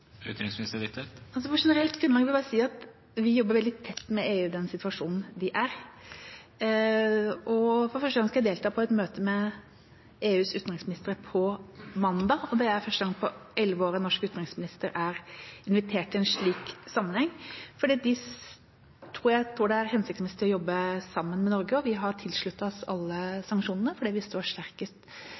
i den situasjonen vi er i. For første gang skal jeg delta på et møte med EUs utenriksministere. Det er på mandag. Det er første gang på elleve år en norsk utenriksminister er invitert i en slik sammenheng. Jeg tror de tror det er hensiktsmessig å jobbe sammen med Norge, og vi har tilsluttet oss alle sanksjonene fordi vi står sterkest